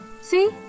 See